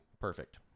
Perfect